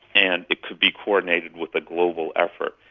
and it could be coordinated with a global effort.